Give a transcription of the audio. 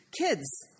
kids